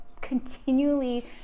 continually